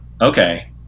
Okay